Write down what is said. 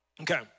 Okay